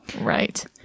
Right